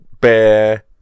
bear